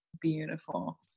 beautiful